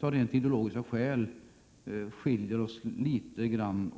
av rent ideologiska skäl skiljer oss åt.